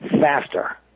faster